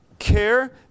care